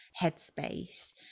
headspace